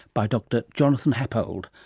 by dr jonathan happold,